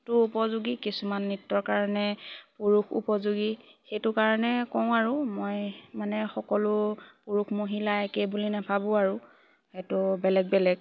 টো উপযোগী কিছুমান নৃত্যৰ কাৰণে পুৰুষ উপযোগী সেইটো কাৰণে কওঁ আৰু মই মানে সকলো পুৰুষ মহিলা একে বুলি নেভাবোঁ আৰু সেইটো বেলেগ বেলেগ